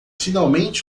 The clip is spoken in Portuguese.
finalmente